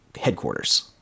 headquarters